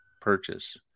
purchase